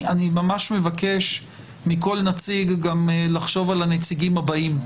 אני ממש מבקש מכל נציג גם לחשוב על הנציגים הבאים,